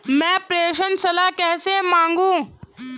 मैं प्रेषण सलाह कैसे मांगूं?